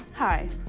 Hi